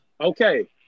Okay